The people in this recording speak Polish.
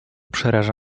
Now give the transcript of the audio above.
przeraża